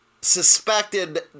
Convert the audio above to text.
suspected